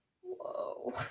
Whoa